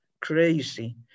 crazy